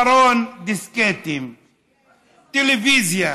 ארון דיסקטים, טלוויזיה.